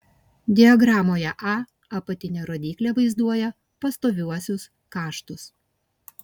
diagramoje a apatinė rodyklė vaizduoja pastoviuosius kaštus